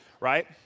right